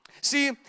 see